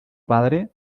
padre